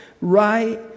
right